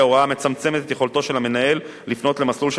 ההוראה המצמצמת את יכולתו של המנהל לפנות למסלול של